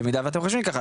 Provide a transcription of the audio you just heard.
במידה ואתם חושבים ככה,